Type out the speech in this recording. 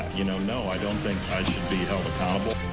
you know, no, i don't think i should be held accountable.